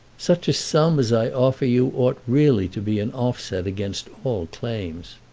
such a sum as i offer you ought really to be an offset against all claims.